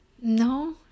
No